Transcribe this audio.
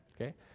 Okay